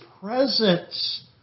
presence